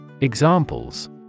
Examples